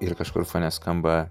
ir kažkur fone skamba